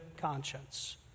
conscience